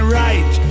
right